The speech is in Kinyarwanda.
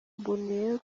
mboneyeho